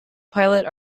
pilot